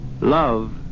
Love